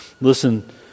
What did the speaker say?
Listen